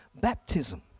baptism